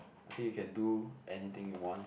I think you can do anything you want